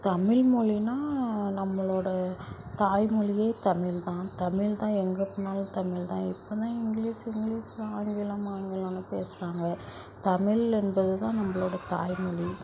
தமிழ் மொழினா நம்மளோடய தாய்மொழியே தமிழ் தான் தமிழ் தான் எங்கே போனாலும் தமிழ் தான் இப்போ தான் இங்கிலீஸு இங்கிலீஸுன் ஆங்கிலம் ஆங்கிலம்னு பேசுகிறாங்க தமிழ் என்பது தான் நம்மளோட தாய்மொழி